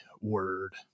word